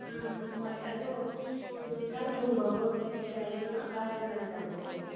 ꯎꯝ ꯍꯣꯏ ꯑꯗꯣ ꯌꯦꯟꯁꯥꯡ ꯊꯣꯡꯕ ꯈꯣꯠꯄꯗꯤ ꯀꯩꯌꯤꯝ ꯑꯀꯥꯏꯕ ꯂꯩꯇꯕ꯭ꯔꯣ